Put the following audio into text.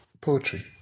Poetry